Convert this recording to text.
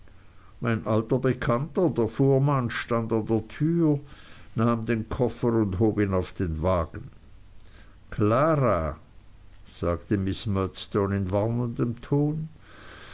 mein alter bekannter der fuhrmann stand an der tür nahm den koffer und hob ihn auf den wagen klara sagte miß murdstone in warnendem ton